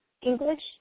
English